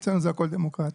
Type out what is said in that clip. אצלנו זה הכל דמוקרטי.